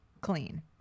clean